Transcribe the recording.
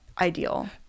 ideal